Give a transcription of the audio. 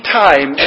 time